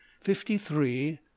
fifty-three